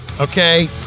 okay